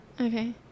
Okay